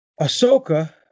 Ahsoka